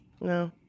no